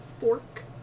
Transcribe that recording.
fork